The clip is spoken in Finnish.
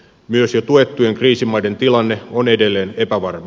myös jo tuettujen kriisimaiden tilanne on edelleen epävarma